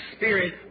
spirit